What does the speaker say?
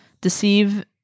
Deceive